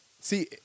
See